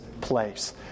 place